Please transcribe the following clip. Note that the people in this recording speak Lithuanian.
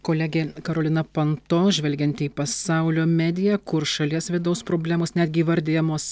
kolegė karolina panto žvelgiant į pasaulio mediją kur šalies vidaus problemos netgi įvardijamos